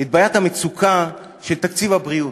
את בעיית המצוקה של תקציב הבריאות,